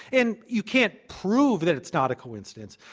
and you can't prove that it's not a coincidence.